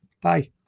Bye